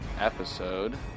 episode